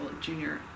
junior